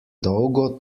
dolgo